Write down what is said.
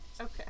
Okay